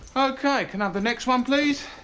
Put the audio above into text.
okay, can i have the next one, please?